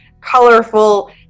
colorful